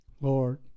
Lord